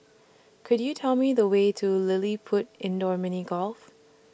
Could YOU Tell Me The Way to LilliPutt Indoor Mini Golf